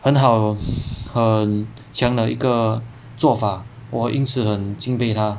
很好很强的一个做法我因此很敬佩他